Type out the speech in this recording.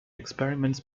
experiments